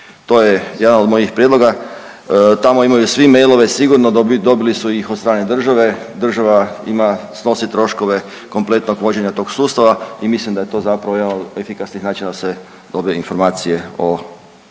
To je jedan od mojih prijedloga, tamo imaju svi mailove, dobili su ih od strane države, država ima snosi troškove kompletnog vođenja tog sustava i mislim da je to zapravo jedan od efikasnijih načina da se dobe informacije o